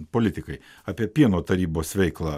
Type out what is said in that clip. politikai apie pieno tarybos veiklą